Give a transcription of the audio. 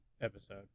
episode